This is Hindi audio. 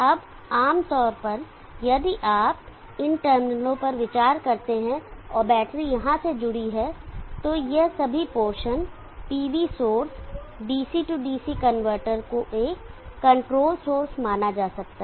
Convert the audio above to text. अब आम तौर पर यदि आप इस टर्मिनलों पर विचार करते हैं और बैटरी यहां से जुड़ी हुई है तो यह सभी portion PV source DC DC converter को एक कंट्रोल्ड सोर्स माना जा सकता है